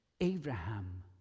Abraham